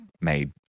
made